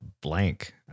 blank